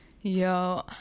Yo